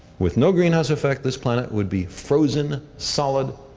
with no greenhouse effect, this planet would be frozen. solid.